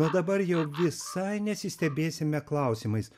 o dabar jau visai nesistebėsime klausimais